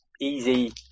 easy